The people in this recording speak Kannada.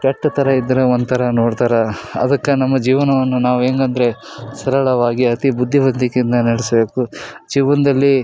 ಕೆಟ್ಟ ಥರ ಇದ್ದರೆ ಒಂಥರ ನೋಡ್ತಾರೆ ಅದಕ್ಕೆ ನಮ್ಮ ಜೀವನವನ್ನು ನಾವು ಹೆಂಗಂದ್ರೆ ಸರಳವಾಗಿ ಅತಿ ಬುದ್ಧಿವಂತಿಕೆಯಿಂದ ನಡೆಸ್ಬೇಕು ಜೀವನದಲ್ಲಿ